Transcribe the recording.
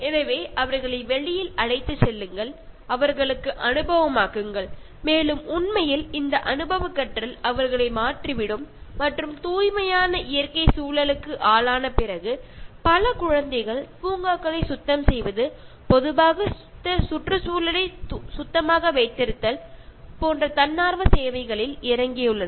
எனவே அவர்களை வெளியில் அழைத்துச் செல்லுங்கள் அவர்களுக்கு அனுபவமாக்குங்கள் மேலும் உண்மையில் இந்த அனுபவக் கற்றல் அவர்களை மாற்றிவிடும் மற்றும் தூய்மையான இயற்கை சூழலுக்கு ஆளான பிறகு பல குழந்தைகள் பூங்காக்களை சுத்தம் செய்வது பொதுவாக சுற்றுச்சூழலைச் சுத்தமாக வைத்திருத்தல் போன்ற தன்னார்வ சேவைகளில் இறங்கியுள்ளனர்